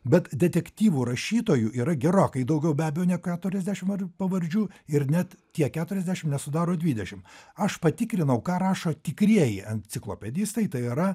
bet detektyvų rašytojų yra gerokai daugiau be abejo ne keturiasdešim ar pavardžių ir net tie keturiasdešim nesudaro dvidešim aš patikrinau ką rašo tikrieji enciklopedistai tai yra